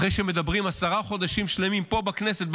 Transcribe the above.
אחרי שמדברים עשרה חודשים שלמים פה בכנסת,